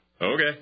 Okay